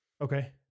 Okay